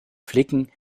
flicken